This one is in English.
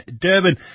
Durban